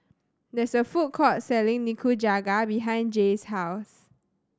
there is a food court selling Nikujaga behind Jaye's house